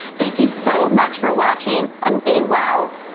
thank you so much for watching and be well.